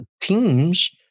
teams